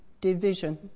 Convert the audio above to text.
division